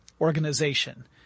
organization